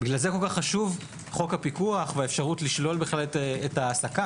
לכן כל כך חשוב חוק הפיקוח והאפשרות לשלול את ההעסקה.